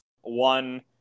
One